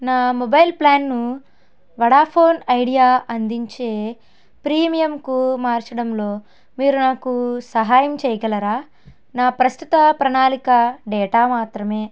నా మొబైల్ ప్లాన్ను Vodafone Idea అందించే ప్రీమియంకు మార్చడంలో మీరు నాకు సహాయం చెయ్యగలరా నా ప్రస్తుత ప్రణాళిక డేటా మాత్రమే